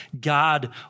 God